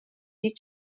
die